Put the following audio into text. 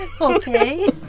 Okay